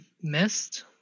missed